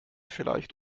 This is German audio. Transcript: vielleicht